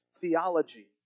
theology